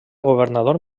governador